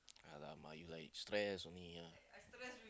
yeah lah my life stress only ah